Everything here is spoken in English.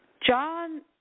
John